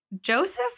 Joseph